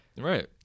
right